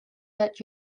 that